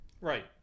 right